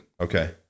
Okay